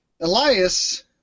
Elias